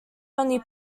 only